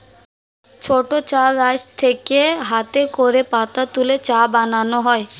ছোট চা গাছ থেকে হাতে করে পাতা তুলে চা বানানো হয়